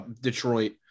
Detroit